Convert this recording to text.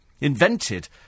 Invented